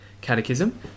Catechism